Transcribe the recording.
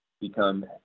become